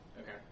Okay